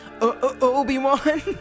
Obi-Wan